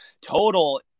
total